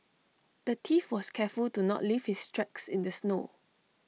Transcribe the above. the thief was careful to not leave his tracks in the snow